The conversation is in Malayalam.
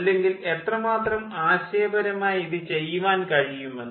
അല്ലെങ്കിൽ എത്രമാത്രം ആശയപരമായി ഇത് ചെയ്യുവാൻ കഴിയുമെന്ന്